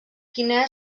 quina